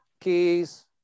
keys